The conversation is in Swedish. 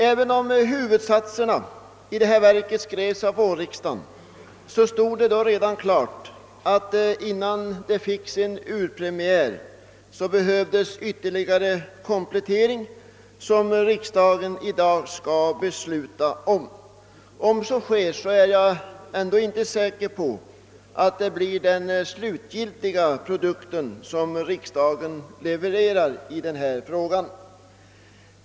Även om huvudsatserna i detta verk skrevs av vårriksdagen stod det redan då klart att det behövdes ytterligare kompletteringar innan verket fick sin urpremiär, och det är de kompletteringarna riksdagen skall besluta om i dag. Men även om så sker är jag ändå inte säker på att den produkt riksdagen levererar i dag blir den slutgiltiga i denna fråga.